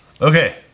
Okay